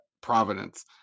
Providence